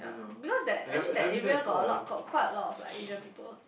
ya because that actually that area got a lot of got quite lot of like Asian people